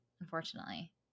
unfortunately